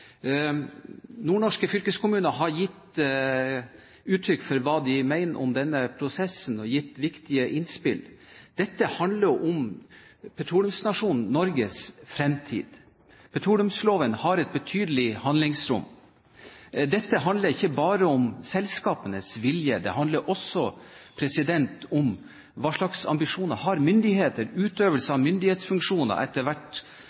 Nordnorske fylkeskommuner har gitt uttrykk for hva de mener om denne prosessen, og har gitt viktige innspill. Dette handler om petroleumsnasjonen Norges fremtid. Petroleumsloven har et betydelig handlingsrom. Dette handler ikke bare om selskapenes vilje, det handler også om hva slags ambisjoner myndighetene har – utøvelse av myndighetsfunksjoner – etter hvert